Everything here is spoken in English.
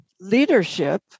leadership